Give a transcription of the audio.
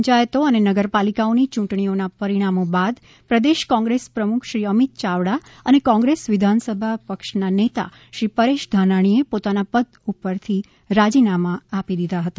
પંચાયતો અને નગરપાલિકાઓની ચૂંટણીઓના પરિણામો બાદ પ્રદેશ કોંગ્રેસ પ્રમુખ શ્રી અમિત ચાવડા અને કોંગ્રેસ વિધાન સભા પક્ષના નેતા શ્રી પરેશ ધાનાણીએ પોતાના પદ ઉપરથી રજીનામાઓ આપી દીધા હતા